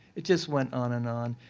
it just went on and on.